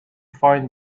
find